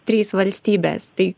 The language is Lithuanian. trys valstybės tai